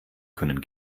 können